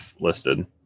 listed